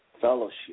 fellowship